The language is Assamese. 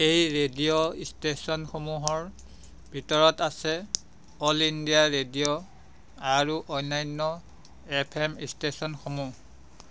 এই ৰেডিঅ' ইষ্টেচনসমূহৰ ভিতৰত আছে অল ইণ্ডিয়া ৰেডিঅ' আৰু অন্যান্য এফ এম ইষ্টেচনসমূহ